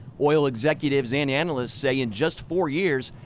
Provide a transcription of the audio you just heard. oil executives and analysts say in just four years,